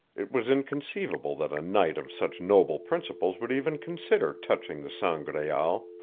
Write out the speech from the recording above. it was inconceivable that a knight of such noble principles would even consider touching the sangraal,